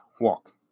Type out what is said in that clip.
walk